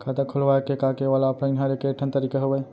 खाता खोलवाय के का केवल ऑफलाइन हर ऐकेठन तरीका हवय?